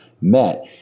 met